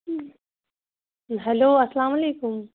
hello اَسلامُ علیکُم